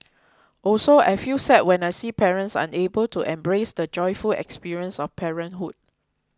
also I feel sad when I see parents unable to embrace the joyful experience of parenthood